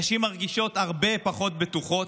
נשים מרגישות הרבה פחות בטוחות.